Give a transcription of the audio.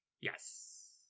Yes